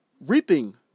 reaping